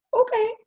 okay